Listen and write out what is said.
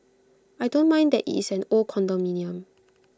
I don't mind that IT is an old condominium